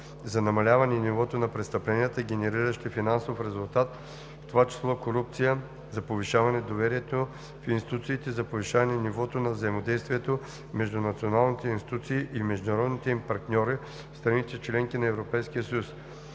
за намаляване нивото на престъпленията, генериращи финансов резултат, в това число корупция, за повишаване доверието в институциите, за повишаване нивото на взаимодействие между националните институции и международните им партньори в страните – членки на Европейския съюз.